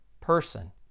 person